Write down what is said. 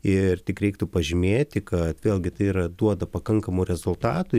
ir tik reiktų pažymėti kad vėlgi tai yra duoda pakankamų rezultatų